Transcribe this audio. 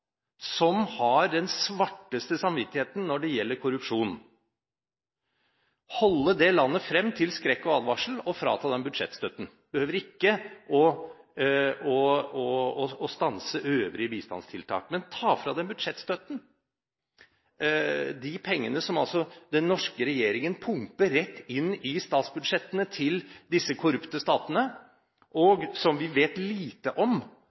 som har den svarteste samvittigheten når det gjelder korrupsjon, holde det landet frem til skrekk og advarsel og frata dem budsjettstøtten. Man behøver ikke å stanse øvrige bistandstiltak, men ta fra dem budsjettstøtten – de pengene som den norske regjeringen pumper rett inn i statsbudsjettene til disse korrupte statene, og som vi vet lite om